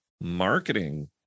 marketing